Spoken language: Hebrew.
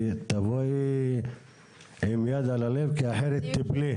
תבואי עם יד על הלב, כי אחרת תפלי.